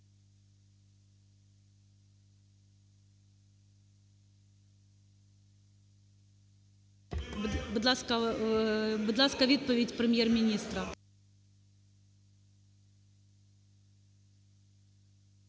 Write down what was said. Будь ласка, відповідь Прем'єр-міністра.